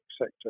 sector